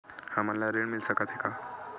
हमन ला ऋण मिल सकत हे का?